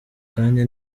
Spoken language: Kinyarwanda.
kanya